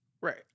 Right